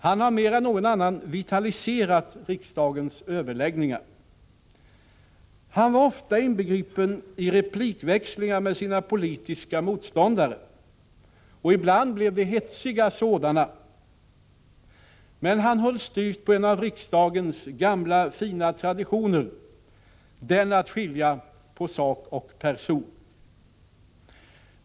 Han har mer än någon annan vitaliserat riksdagens överläggningar. Han var ofta inbegripen i replikväxlingar med sina politiska motståndare, och ibland blev det hetsiga sådana. Men han höll styvt på en av riksdagens gamla, fina traditioner — den att skilja på sak och person.